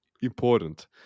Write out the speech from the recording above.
important